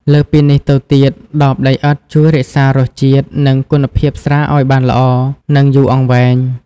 លើសពីនេះទៅទៀតដបដីឥដ្ឋជួយរក្សារសជាតិ និងគុណភាពស្រាឱ្យបានល្អ និងយូរអង្វែង។